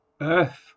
Earth